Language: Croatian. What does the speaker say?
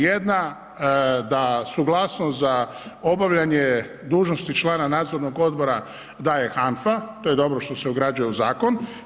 Jedna da suglasnost za obavljanje dužnosti člana nadzornog odbora daje HANFA, to je dobro se ugrađuje u zakon.